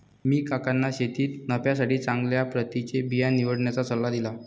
मी काकांना शेतीत नफ्यासाठी चांगल्या प्रतीचे बिया निवडण्याचा सल्ला दिला